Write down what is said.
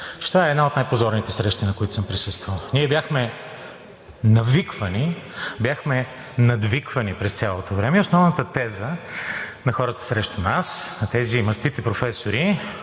че това е една от най-позорните срещи, на които съм присъствал. Ние бяхме навиквани, бяхме надвиквани през цялото време и основната теза на хората срещу нас – тези мастити професори